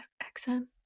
accent